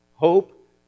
Hope